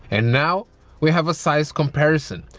and now we have a size comparison.